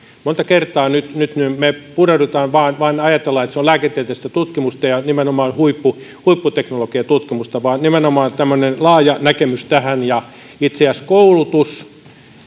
monta kertaa nyt nyt me ajattelemme vain että se on lääketieteellistä tutkimusta ja nimenomaan huipputeknologian tutkimusta tarvitaan nimenomaan laaja näkemys tähän ja itse asiassa koulutus